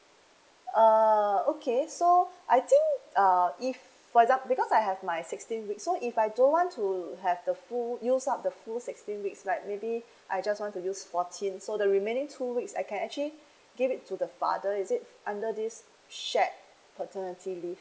uh okay so I think uh if for exam~ because I have my sixteen weeks so if I don't want to have the full use up the full sixteen weeks like maybe I just want to use fourteen so the remaining two weeks I can actually give it to the father is it under this shared paternity leave